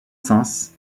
saëns